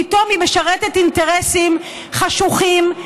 פתאום היא משרתת אינטרסים חשוכים,